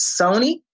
Sony